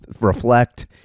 Reflect